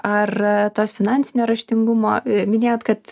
ar tos finansinio raštingumo minėjot kad